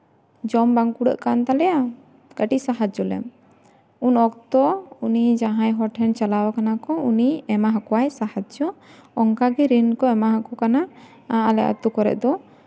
ᱡᱚᱢ ᱵᱟᱝ ᱠᱩᱲᱟᱹᱜ ᱠᱟᱱ ᱛᱟᱞᱮᱭᱟ ᱠᱟᱹᱴᱤᱡ ᱥᱟᱦᱟᱡᱡᱚ ᱞᱮᱢ ᱩᱱ ᱚᱠᱛᱚ ᱩᱱᱤ ᱡᱟᱦᱟᱸᱭ ᱦᱚᱲ ᱴᱷᱮᱱ ᱪᱟᱞᱟᱣ ᱠᱟᱱᱟᱠᱚ ᱩᱱᱤ ᱮᱢᱟ ᱠᱚᱣᱟᱭ ᱥᱟᱦᱟᱡᱡᱚ ᱚᱱᱠᱟᱜᱮ ᱨᱤᱱ ᱠᱚ ᱮᱢᱟᱣᱟᱠᱚ ᱠᱟᱱᱟ ᱟᱞᱮ ᱟᱹᱛᱩ ᱠᱚᱨᱮᱫ ᱫᱚ